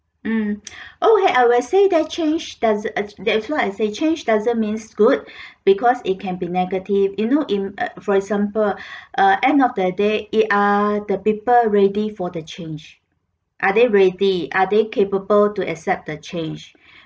mm oh !hey! I will say that change doesn't uh that is why I say change doesn't means good because it can be negative you know in uh for example uh end of the day it are the people ready for the change are they ready are they capable to accept the change